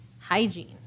hygiene